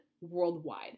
worldwide